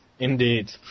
Indeed